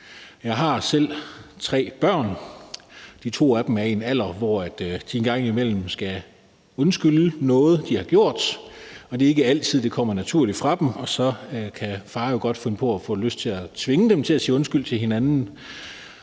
Jeg har selv tre børn. De to af dem er i en alder, hvor de engang imellem skal undskylde noget, de har gjort. Det er ikke altid, at det kommer naturligt fra dem, og så kan far jo godt få lyst til at tvinge dem til at sige undskyld til hinanden,